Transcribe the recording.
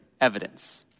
evidence